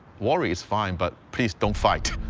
worry is fine. but please don't fight.